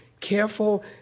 careful